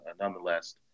nonetheless